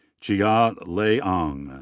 chia lei ang.